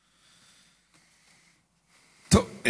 טוב,